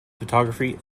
photography